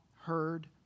heard